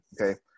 okay